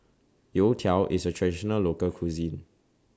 Youtiao IS A Traditional Local Cuisine